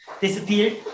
disappeared